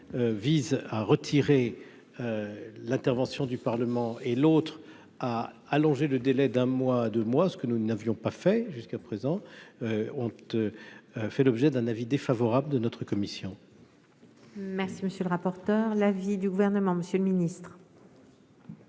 l'un vise à retirer l'intervention du Parlement et l'autre à allonger le délai d'un mois à 2 mois ce que nous n'avions pas fait jusqu'à présent, on te fait l'objet d'un avis défavorable de notre commission. Merci, monsieur le rapporteur, l'avis du gouvernement, Monsieur le ministre.